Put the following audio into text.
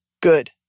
good